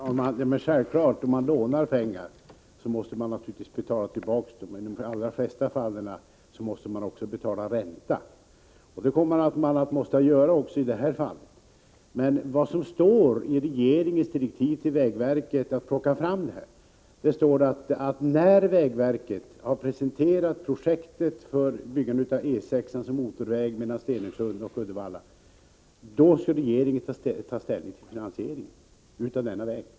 Herr talman! Det är självklart att när man har lånat pengar måste man betala tillbaka dem. I de allra flesta fall måste man också betala ränta. Det kommer man att få lov att göra också i det här fallet. Men i regeringens direktiv till vägverket står det att när vägverket har presenterat projektet för byggande av E 6 som motorväg mellan Stenungsund och Uddevalla, då skall regeringen ta ställning till finansieringen av denna väg.